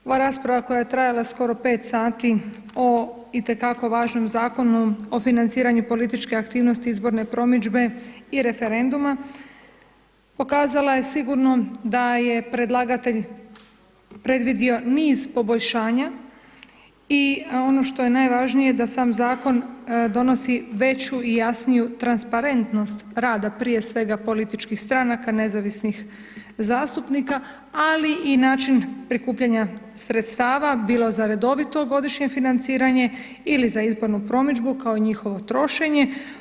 Ova rasprava koje je trajala skoro 5 sati o itekako važnom Zakonu o financiranju političke aktivnosti i izborne promidžbe i referenduma pokazala je sigurno da je predlagatelj predvidio niz poboljšanja i ono što je najvažnije da sam zakon donosi veću i jasniju transparentnost rada, prije svega političkih stranaka, nezavisnih zastupnika, ali i način prikupljanja sredstava, bilo za redovito godišnje financiranje ili za izbornu promidžbu kao i njihovo trošenje.